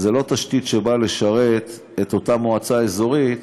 זו לא תשתית שבאה לשרת את אותה מועצה אזורית,